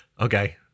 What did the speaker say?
Okay